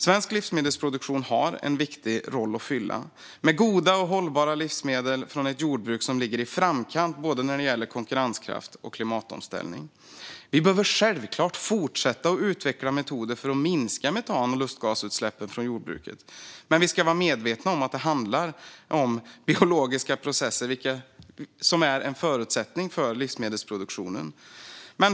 Svensk livsmedelsproduktion har en viktig roll att fylla, med goda och hållbara livsmedel från ett jordbruk som ligger i framkant när det gäller både konkurrenskraft och klimatomställning. Vi behöver självklart fortsätta att utveckla metoder för att minska metan och lustgasutsläppen från jordbruket, men vi ska vara medvetna om att det handlar om biologiska processer som är en förutsättning för livsmedelsproduktionen.